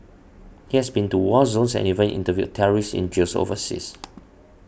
he has been to war zones and even interviewed terrorists in jails overseas